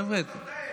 חבר'ה,